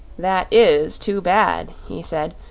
that is too bad, he said,